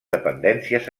dependències